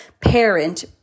parent